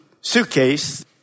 suitcase